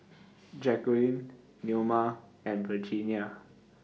Jacquelynn Neoma and Virginia